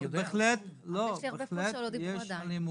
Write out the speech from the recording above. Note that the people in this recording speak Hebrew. בהחלט יש אלימות.